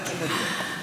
אל תתרגשי מזה.